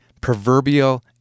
proverbial